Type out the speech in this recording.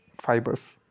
fibers